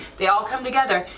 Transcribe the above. they all come together,